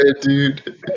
dude